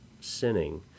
sinning